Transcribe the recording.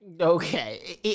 Okay